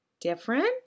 different